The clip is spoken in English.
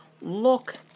look